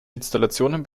installationen